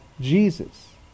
Jesus